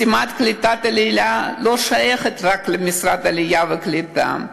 משימת קליטה העלייה לא שייכת רק למשרד העלייה והקליטה.